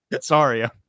sorry